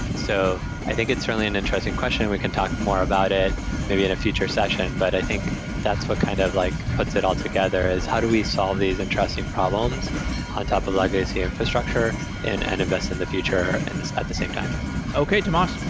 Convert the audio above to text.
so i think it's really an interesting question. and we can talk more about it maybe in a future session. but i think that's a kind of like puts it all together, is how do we solve these interesting problems on top of legacy infrastructure and and invest in the future and at the same time okay, tomas.